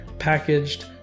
packaged